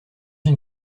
une